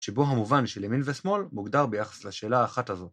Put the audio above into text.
שבו המובן של ימין ושמאל מוגדר ביחס לשאלה האחת הזאת.